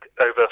over